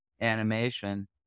animation